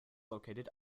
located